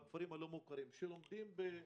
הכפרים הלא מוכרים שלומדים שם,